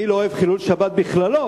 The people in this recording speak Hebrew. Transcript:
אני לא אוהב חילול שבת בכללו,